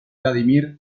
vladimir